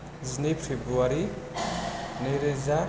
जिनै फेब्रुवारि नैरोजा